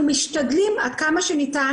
אנחנו משתדלים, עד כמה שניתן,